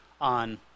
on